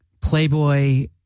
playboy